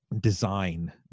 Design